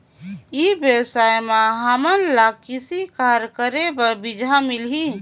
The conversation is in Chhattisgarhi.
ई व्यवसाय म हामन ला कृषि कार्य करे बर बीजा मिलही?